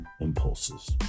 impulses